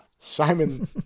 Simon